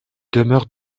demeure